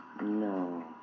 no